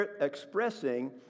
expressing